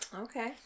Okay